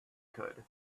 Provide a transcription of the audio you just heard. could